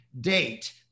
date